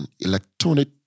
electronic